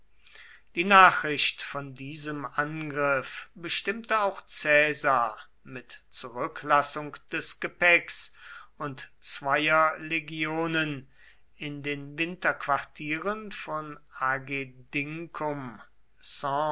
die nachricht von diesem angriff bestimmte auch caesar mit zurücklassung des gepäcks und zweier legionen in den winterquartieren von agedincum